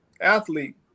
athlete